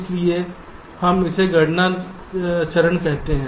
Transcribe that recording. इसलिए हम इसे गणना चरण कहते हैं